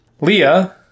Leah